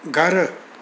घरु